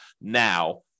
now